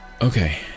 Okay